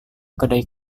kedai